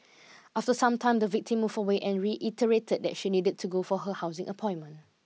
after some time the victim moved away and reiterated that she needed to go for her housing appointment